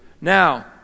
Now